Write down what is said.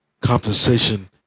Compensation